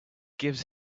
gives